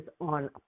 on